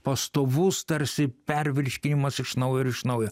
pastovus tarsi pervirškindamas iš naujo ir iš naujo